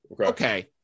okay